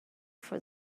for